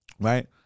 right